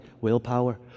willpower